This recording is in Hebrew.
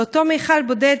ואותו מכל בודד,